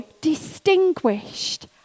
distinguished